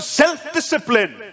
self-discipline